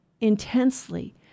intensely